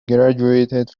graduated